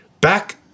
Back